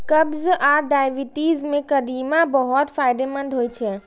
कब्ज आ डायबिटीज मे कदीमा बहुत फायदेमंद होइ छै